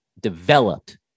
developed